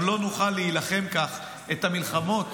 גם לא נוכל להילחם כך את המלחמות